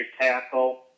Tackle